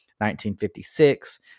1956